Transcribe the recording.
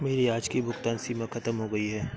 मेरी आज की भुगतान सीमा खत्म हो गई है